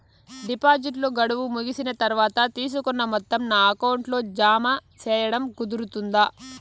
డిపాజిట్లు గడువు ముగిసిన తర్వాత, తీసుకున్న మొత్తం నా అకౌంట్ లో జామ సేయడం కుదురుతుందా?